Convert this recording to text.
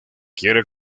quiere